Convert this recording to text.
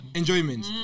enjoyment